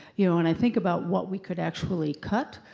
you know, and i think about what we could actually cut,